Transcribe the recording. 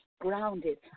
grounded